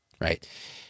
right